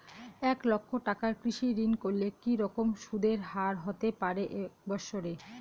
এক লক্ষ টাকার কৃষি ঋণ করলে কি রকম সুদের হারহতে পারে এক বৎসরে?